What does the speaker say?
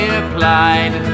applied